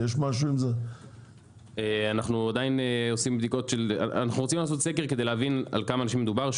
אנחנו רוצים לעשות סקר כדי להבין על כמה אנשים מדובר.